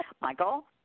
Michael